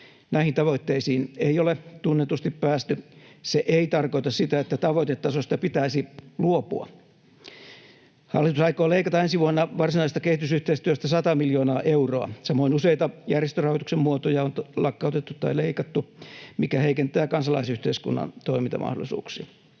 Näihin tavoitteisiin ei ole tunnetusti päästy. Se ei tarkoita sitä, että tavoitetasosta pitäisi luopua. Hallitus aikoo leikata ensi vuonna varsinaisesta kehitysyhteistyöstä sata miljoonaa euroa. Samoin useita järjestörahoituksen muotoja on lakkautettu tai leikattu, mikä heikentää kansalaisyhteiskunnan toimintamahdollisuuksia.